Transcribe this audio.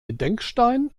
gedenkstein